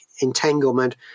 entanglement